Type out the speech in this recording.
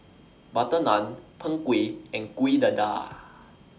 Butter Naan Png Kueh and Kuih Dadar